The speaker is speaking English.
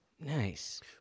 Nice